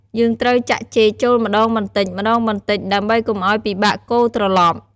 យើងត្រូវចាក់ចេកចូលម្ដងបន្តិចៗ ដើម្បីកុំឱ្យពិបាកកូរត្រឡប់។